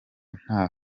nta